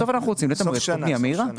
בסוף אנחנו רוצים לתמרץ בנייה מהירה.